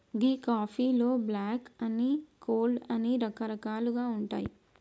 గీ కాఫీలో బ్లాక్ అని, కోల్డ్ అని రకరకాలుగా ఉంటాయి